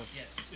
Yes